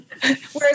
Whereas